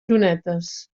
llunetes